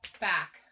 Back